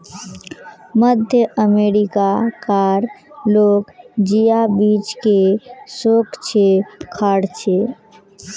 मध्य अमेरिका कार लोग जिया बीज के शौक से खार्चे